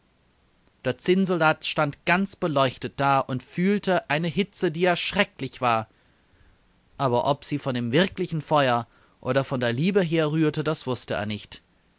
der zinnsoldat stand ganz beleuchtet da und fühlte eine hitze die erschrecklich war aber ob sie von dem wirklichen feuer oder von der liebe herrührte das wußte er nicht